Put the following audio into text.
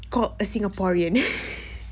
called a singaporean